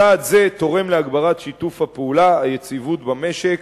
צעד זה תורם להגברת שיתוף הפעולה והיציבות במשק